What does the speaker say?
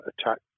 attack